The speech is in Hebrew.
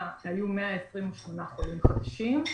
היו 128 חולים חדשים,